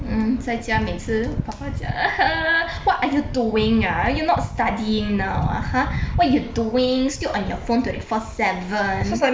mm 在家每次爸爸讲 what are you doing ah you not studying now ah !huh! why you doing still on your phone twenty four seven